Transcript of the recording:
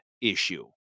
issue